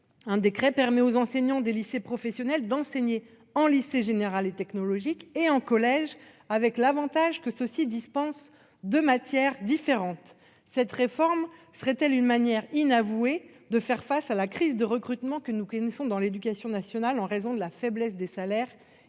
un décret permet aux enseignants des lycées professionnels d'enseigner en lycée général et technologique ou en collège, avec l'avantage que ceux-ci dispensent deux matières différentes. Cette réforme serait-elle une manière inavouée de faire face à la crise de recrutement que nous connaissons dans l'éducation nationale en raison de la faiblesse des salaires